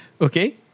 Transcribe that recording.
Okay